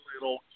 Little